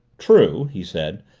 true, he said.